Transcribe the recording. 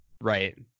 right